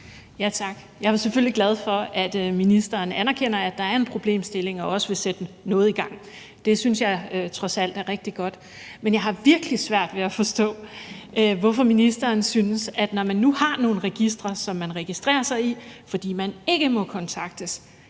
Jeg er selvfølgelig glad for, at ministeren anerkender, at der er en problemstilling og også vil sætte noget i gang. Det synes jeg trods alt er rigtig godt. Men jeg har virkelig svært ved at forstå, hvorfor ministeren synes, at når man nu har nogle registre, som man registrerer sig i, fordi man ikke må kontaktes,